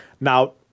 Now